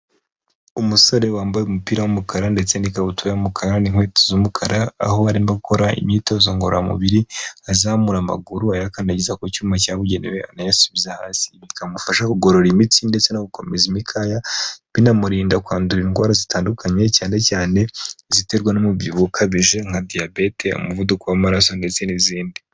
Umusore wambaye umupira w'umukara ndetse n'ikabutura y'umukara n'inkweto z'umukara, aho arimo gukora imyitozo ngororamubiri azamura amaguru ayakandagiza ku cyuma cyabugenewe anayasubiza hasi, bikamufasha kugorora imitsi ndetse no gukomeza imikaya, binamurinda kwandura indwara zitandukanye cyane cyane iziterwa n'umubyibuho ukabije nka diyabete, umuvuduko w'amaraso ndetse n'izindi.